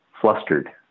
flustered